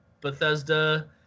Bethesda